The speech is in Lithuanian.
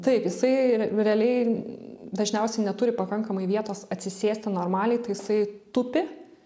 taip jisai realiai dažniausiai neturi pakankamai vietos atsisėsti normaliai tai jisai tupi